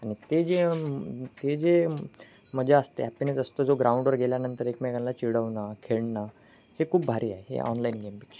आणि ते जे ते जे मजा असते हॅपीनेस असतो जो ग्राउंडवर गेल्यानंतर एकमेकांला चिडवणं खेळणं हे खूप भारी आहे हे ऑनलाईन गेमपेक्षा